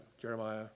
Jeremiah